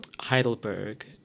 Heidelberg